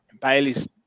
Bailey's